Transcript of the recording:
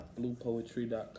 BluePoetry.com